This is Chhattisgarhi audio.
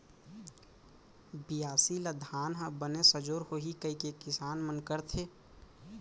बियासी ल धान ह बने सजोर होही कइके किसान मन करथे